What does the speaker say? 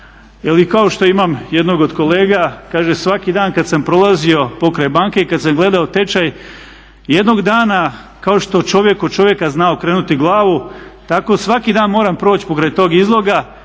i kao što imam jednog od kolega kaže svaki dan kada sam prolazio pokraj banke i kada sam gledao tečaj jednog dana kao što čovjek od čovjeka zna okrenuti glavu tako svaki dan moram proći pokraj tog izloga